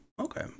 Okay